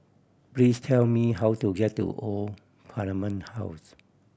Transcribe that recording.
please tell me how to get to Old Parliament House